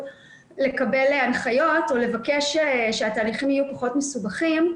לקבל הנחיות או לבקש שהתהליכים יהיו פחות מסובכים.